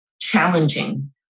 challenging